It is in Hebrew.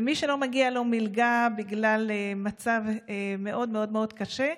מי שלא מגיעה לו מלגה בגלל מצב מאוד מאוד מאוד קשה,